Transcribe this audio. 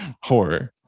horror